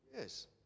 Yes